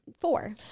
four